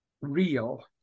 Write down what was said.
real